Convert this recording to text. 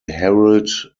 harold